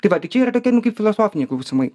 tai va tai čia yra tokie nu kaip filosofiniai klausimai